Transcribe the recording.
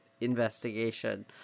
investigation